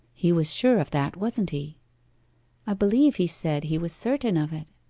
he was sure of that, wasn't he i believe he said he was certain of it